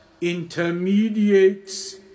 intermediates